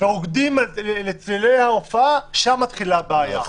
ורוקדים לצלילי ההופעה, שם מתחילה הבעיה.